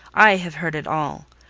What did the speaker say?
i have heard it all.